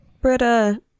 Britta